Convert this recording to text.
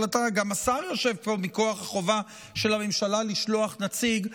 גם השר יושב פה מכוח החובה של הממשלה לשלוח נציג,